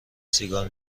سیگار